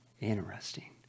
Interesting